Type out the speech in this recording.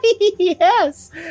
Yes